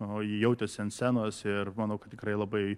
ji jautėsi ant scenos ir manau kad tikrai labai